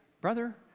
brother